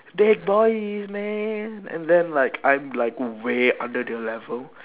big boys man and then like I'm like way under their level